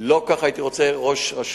לא כך הייתי רוצה לראות